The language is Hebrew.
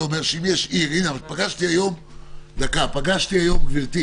הנה, גברתי